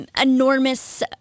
enormous